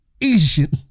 Asian